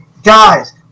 Guys